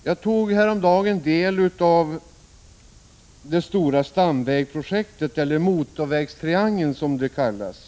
Jag tog häromdagen del av det stora stamvägprojektet eller motorvägstriangeln som det kallas.